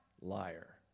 Liar